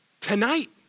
Tonight